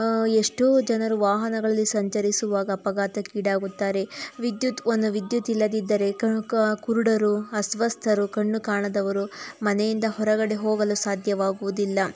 ಎಷ್ಟೋ ಜನರು ವಾಹನಗಳಲ್ಲಿ ಸಂಚರಿಸುವಾಗ ಅಪಘಾತಕ್ಕೀಡಾಗುತ್ತಾರೆ ವಿದ್ಯುತ್ ಒಂದು ವಿದ್ಯುತ್ ಇಲ್ಲದಿದ್ದರೆ ಕ ಕ ಕುರುಡರು ಅಸ್ವಸ್ಥರು ಕಣ್ಣು ಕಾಣದವರು ಮನೆಯಿಂದ ಹೊರಗಡೆ ಹೋಗಲು ಸಾಧ್ಯವಾಗುವುದಿಲ್ಲ